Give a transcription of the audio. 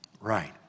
right